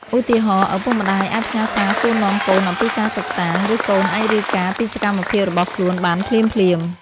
ឧទាហរណ៍ ឪពុកម្ដាយអាចផ្ញើសារសួរនាំកូនអំពីការសិក្សា ឬកូនអាចរាយការណ៍ពីសកម្មភាពរបស់ខ្លួនបានភ្លាមៗ។